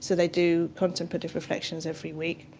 so they do contemplative reflections every week.